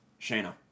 Shayna